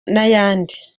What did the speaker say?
n’ayandi